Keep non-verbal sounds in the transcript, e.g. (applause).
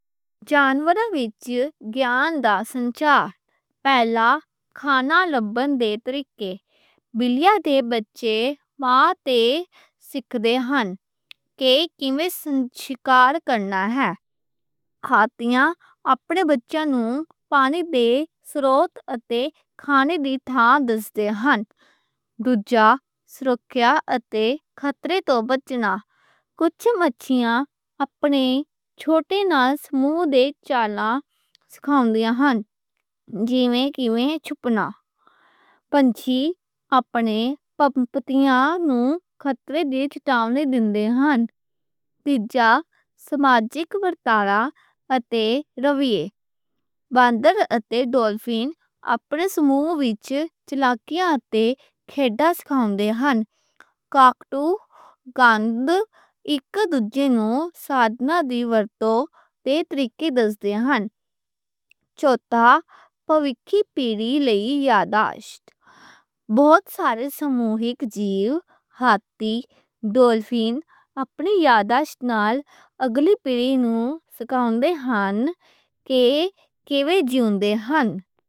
جانوراں وچ گیان دا سنچار، پہلا کھانا لبھن دے طریقے، بالکاں نوں ماں تے سکھاؤندے ہن کے کیمیں (hesitation) سنچار کرنا ہے۔ ہاتھی اپنے بچیاں نوں پانی دے سروتے اتے کھانے دی تھاں دس دے ہن۔ دووجہ سرکھیا اتے خطرے توں بچنا، کچھ مچھیاں اپنے چھوٹے نال سموہ دے چیّنہ سکھاؤندے ہن جیوں کیمیں چھپنا۔ پنچھی اپنے پنچیاں نوں خطرے دے چتاونے دیندے ہن۔ تیجا سماجک برتاوا تے رویے، باندر اتے ڈالفن اپنے سموہ وچ چالاکیاں اتے کھیڑاں سکھاؤندے ہن۔ کوکاتو، گونی اک دوجے نوں سادھنا دی ورتوں دے طریقے دس دے ہن۔ چوتھا پُشت در پُشت پیڑی لئی یادداشت، بہت سارے سماوک جیوں، ہاتھی، ڈالفن اپنی یادداشت نال اگلی پیڑی نوں سکھاؤندے ہن کہ کیمیں جیؤندے ہن۔